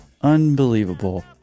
Unbelievable